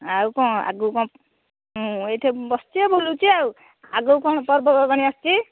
ଆଉ କ'ଣ ଆଗକୁ କ'ଣ ମୁଁ ଏଇଠି ବସିଛି ବୁଲୁଛି ଆଉ ଆଗକୁ କ'ଣ ପର୍ବପର୍ବାଣି ଆସୁଛି